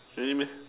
really meh